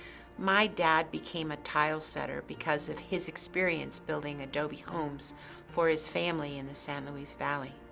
my dad became a tile-setter because of his experience building adobe homes for his family in the san luis valley.